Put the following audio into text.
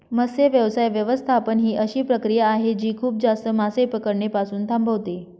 मत्स्य व्यवसाय व्यवस्थापन ही अशी प्रक्रिया आहे जी खूप जास्त मासे पकडणे पासून थांबवते